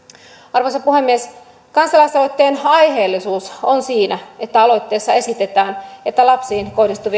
arvoisa puhemies kansalaisaloitteen aiheellisuus on siinä että aloitteessa esitetään että lapsiin kohdistuvien törkeiden